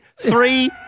Three